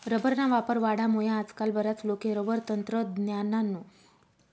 रबरना वापर वाढामुये आजकाल बराच लोके रबर तंत्रज्ञाननं शिक्सन ल्ही राहिनात